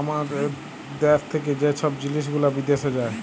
আমাদের দ্যাশ থ্যাকে যে ছব জিলিস গুলা বিদ্যাশে যায়